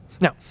Now